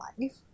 life